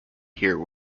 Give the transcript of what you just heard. here